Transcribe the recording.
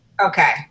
Okay